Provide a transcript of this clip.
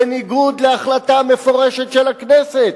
בניגוד להחלטה מפורשת של הכנסת.